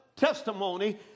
Testimony